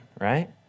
Right